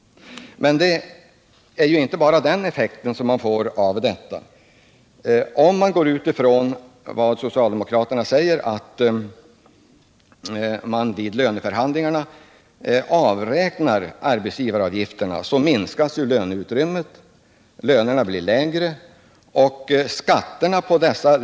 Men man får inte bara denna effekt av förslaget. Socialdemokraterna säger att man vid löneförhandlingarna skall avräkna arbetsgivaravgifterna. Lönerna blir lägre.